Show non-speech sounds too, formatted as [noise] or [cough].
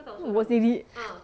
bual sendiri [noise]